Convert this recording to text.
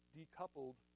decoupled